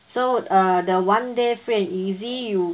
so uh the one day free and easy you